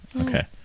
Okay